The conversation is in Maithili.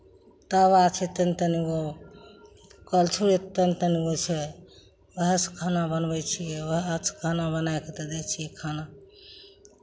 तवा छै तनी तनी गो कलछुल तनी तनी गो छै उएहसँ खाना बनबै छियै उएहसँ खाना बनाए कऽ तब दै छियै खाना